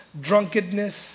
drunkenness